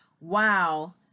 Wow